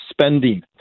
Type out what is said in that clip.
spending